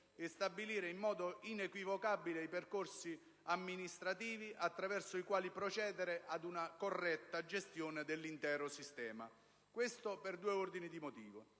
e stabilire in modo inequivocabile i percorsi amministrativi attraverso i quali procedere ad una corretta gestione dell'intero sistema. Questo, per due ordini di motivi.